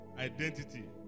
Identity